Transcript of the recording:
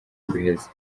guheze